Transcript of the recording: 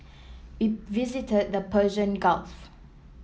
we visited the Persian Gulf